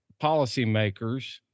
policymakers